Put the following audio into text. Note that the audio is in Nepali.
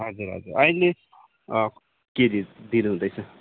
हजुर हजुर अहिले केजि दिनु हुँदैछ